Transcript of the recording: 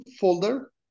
folder